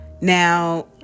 Now